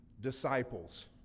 disciples